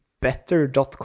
better.com